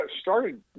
started